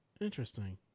Interesting